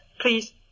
Please